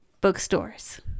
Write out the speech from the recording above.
bookstores